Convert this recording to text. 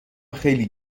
خیلی